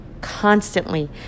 constantly